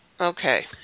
Okay